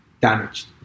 damaged